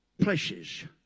places